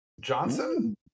Johnson